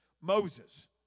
Moses